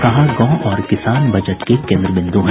कहा गांव और किसान बजट के केन्द्र बिंदु हैं